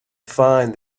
find